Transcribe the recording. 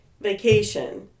vacation